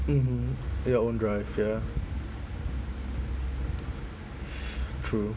mmhmm your own drive ya true